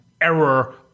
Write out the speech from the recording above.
error